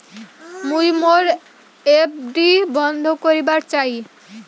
মুই মোর এফ.ডি বন্ধ করিবার চাই